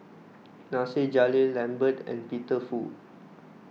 Nasir Jalil Lambert and Peter Fu